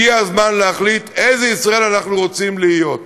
הגיע הזמן להחליט איזו ישראל אנחנו רוצים להיות.